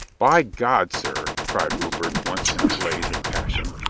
by god, sir, cried rupert once in a blaze of passion,